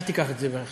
אל תיקח את זה בחשבון,